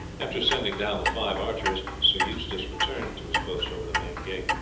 after sending down the five archers, sir eustace returned to his post over the main gate.